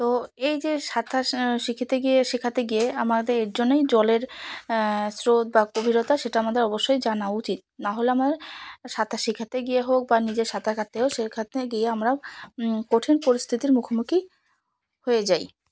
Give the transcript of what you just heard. তো এই যে সাঁতার শিখতে গিয়ে শেখাতে গিয়ে আমাদের এর জন্যই জলের স্রোত বা গভীরতা সেটা আমাদের অবশ্যই জানা উচিত নাহলে আমার সাঁতার শেখাতে গিয়ে হোক বা নিজের সাঁত কাটতে হোক শেখাতে গিয়ে আমরা কঠিন পরিস্থিতির মুখোমুখি হয়ে যাই